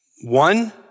one